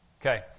Okay